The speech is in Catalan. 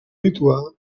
lituà